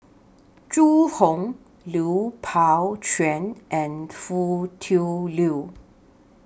Zhu Hong Lui Pao Chuen and Foo Tui Liew